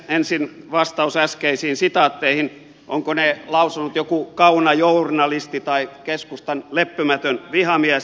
ensin vastaus äskeisiin sitaatteihin onko ne lausunut joku kaunajournalisti tai keskustan leppymätön vihamies